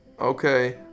Okay